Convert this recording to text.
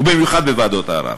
ובמיוחד בוועדות הערר.